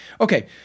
Okay